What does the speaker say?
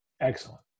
Excellent